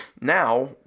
now